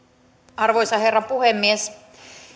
arvoisa herra puhemies